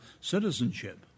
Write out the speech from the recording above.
citizenship